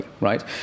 right